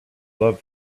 love